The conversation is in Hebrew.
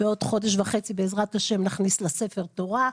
בעוד חודש וחצי בעזרת השם נכניס לה ספר תורה.